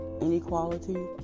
inequality